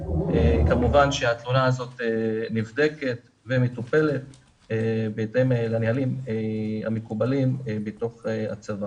כמובן שהתלונה הזאת נבדקת ומטופלת בהתאם לנהלים המקובלים בתוך הצבא.